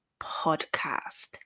podcast